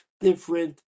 different